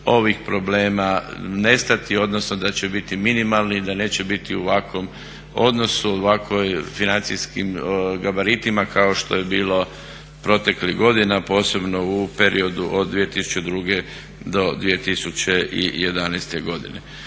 ovih problema nestati odnosno da će biti minimalni i da neće biti u ovakvom odnosu, ovakvim financijskim gabaritima kao što je bilo proteklih godina posebno u periodu od 2002. do 2011. godine.